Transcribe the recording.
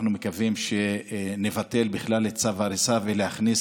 אנחנו מקווים שנבטל בכלל את צו ההריסה ונכניס